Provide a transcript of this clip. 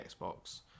Xbox